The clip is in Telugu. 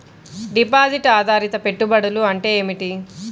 డిపాజిట్ ఆధారిత పెట్టుబడులు అంటే ఏమిటి?